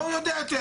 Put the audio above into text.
מה הוא יודע יותר?